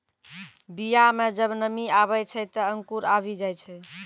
बीया म जब नमी आवै छै, त अंकुर आवि जाय छै